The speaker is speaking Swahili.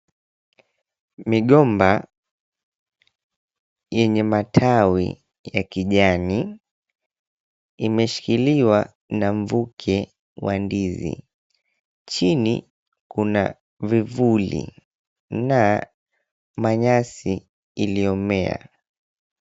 Migomba yenye matawi ya kijani imeshikiliwa na mvuke wa ndizi, chini kuna vivuli na manyasi iliyomea.